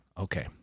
Okay